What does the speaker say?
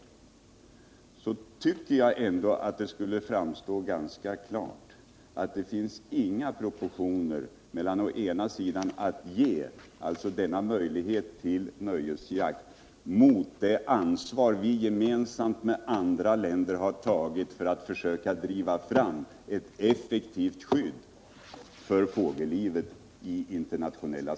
Jag tycker att det framstår ganska klart att det inte finns några rimliga proportioner mellan vad denna möjlighet till nöjesjakt betyder och det ansvar vi gemensamt med andra länder har tagit i internationella sammanhang för att försöka driva fram ett effektivt skydd för fågellivet.